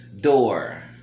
Door